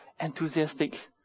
enthusiastic